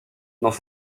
dans